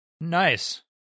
Nice